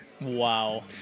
Wow